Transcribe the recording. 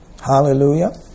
Hallelujah